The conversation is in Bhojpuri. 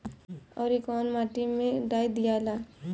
औवरी कौन माटी मे डाई दियाला?